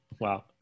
Wow